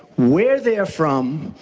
where they are from,